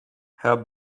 her